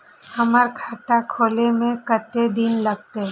हमर खाता खोले में कतेक दिन लगते?